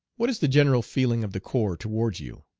what is the general feeling of the corps towards you?